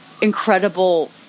incredible